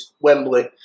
Wembley